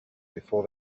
before